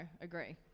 agree